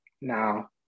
now